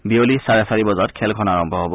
বিয়লি চাৰে চাৰি বজাত খেলখন আৰম্ভ হ'ব